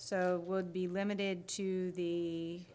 so would be limited to the